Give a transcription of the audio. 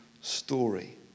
story